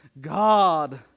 God